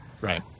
Right